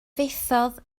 fethodd